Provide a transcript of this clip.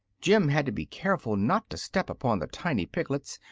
jim had to be careful not to step upon the tiny piglets,